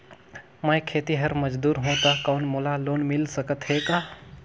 मैं खेतिहर मजदूर हों ता कौन मोला लोन मिल सकत हे का?